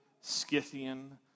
Scythian